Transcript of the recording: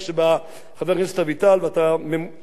אתה טוב במספרים,